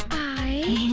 i